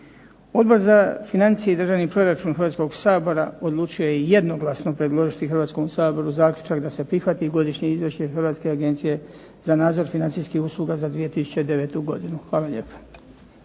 Odbor za financije i državni proračun Hrvatskoga sabora odlučio je jednoglasno predložiti Hrvatskome saboru zaključak da se prihvati Godišnje izvješće Hrvatske agencije za nadzor financijskih usluga za 2009. godinu. Hvala lijepa.